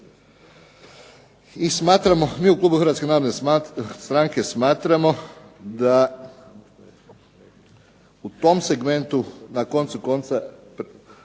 smo. Mi u klubu Hrvatske narodne stranke smatramo da u tom segmentu na koncu konca